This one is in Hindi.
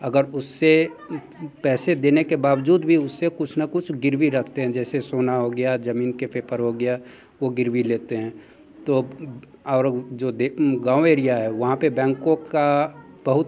अगर उससे पैसे देने के बाबजूद भी उससे कुछ न कुछ गिरवी रखते हैं जैसे सोना हो गया जमीन के पेपर हो गया वो गिरवी लेते हैं तो और जो गाँव एरिया है वहाँ पे बैंकों का बहुत